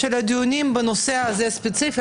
של הדיונים בנושא הזה הספציפי.